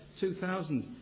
2,000